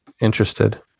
interested